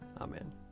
Amen